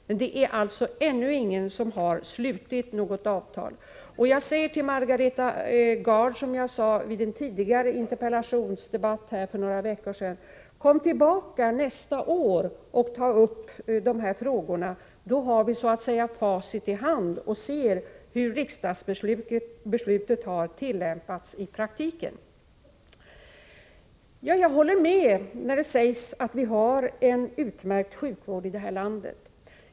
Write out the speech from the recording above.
Men ingen har alltså ännu slutit något avtal. Jag säger till Margareta Gard som jag sade i en interpellationsdebatt för några veckor sedan: Kom tillbaka nästa år och ta upp de här frågorna då! Då har vi facit i hand och kan se hur riksdagsbeslutet har tillämpats i praktiken. Jag håller med dem som säger att vi har en utmärkt sjukvård i det här landet.